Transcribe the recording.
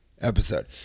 episode